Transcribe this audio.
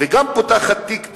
וגם פותחת תיק פלילי,